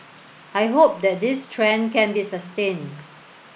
I hope that this trend can be sustained